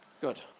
Good